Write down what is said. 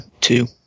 Two